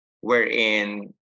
wherein